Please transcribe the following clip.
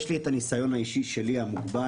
יש לי את הניסיון האישי שלי המוגבל.